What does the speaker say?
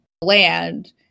land